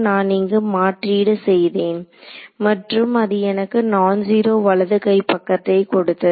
நான் இங்கு மாற்றிடு செய்தேன் மற்றும் அது எனக்கு நான் ஜீரோ வலதுகை பக்கத்தை கொடுத்தது